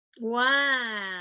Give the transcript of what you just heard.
Wow